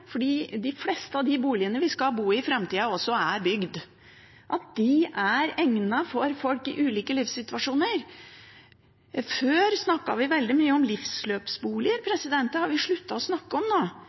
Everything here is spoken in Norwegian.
de fleste av de boligene vi skal bo i framtida, er bygd – er egnet for folk i ulike livssituasjoner. Før snakket vi veldig mye om livsløpsboliger.